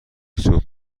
جفت